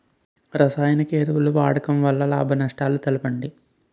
రసాయన ఎరువుల వాడకం వల్ల లాభ నష్టాలను తెలపండి?